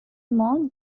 more